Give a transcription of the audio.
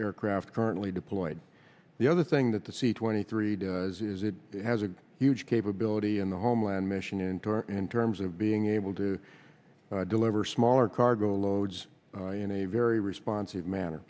aircraft currently deployed the other thing that the c twenty three does is it has a huge capability in the homeland mission into our in terms of being able to deliver smaller cargo loads in a very responsive manner